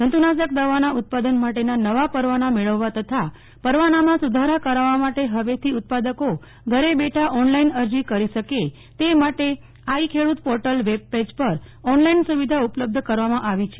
જંતુનાશક દવાના ઉત્પાદન માટેના નવા પરવાના મેળવવા તથા પરવામાં સુધારા કરાવવા માટે હવેથી ઉત્પાદકો ઘરે બેઠા ઓનલાઈન અરજી કરી શકે તે માટે I Khedut portal web page પર ઓનલાઈન સુવિધા ઉપલબ્ધ કરવામાં આવી છે